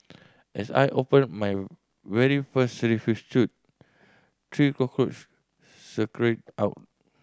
as I opened my very first refuse chute three cockroach scurried out